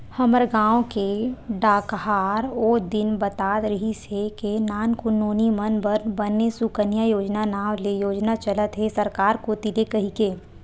हमर गांव के डाकहार ओ दिन बतात रिहिस हे के नानकुन नोनी मन बर बने सुकन्या योजना नांव ले योजना चलत हे सरकार कोती ले कहिके